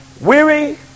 weary